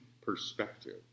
perspective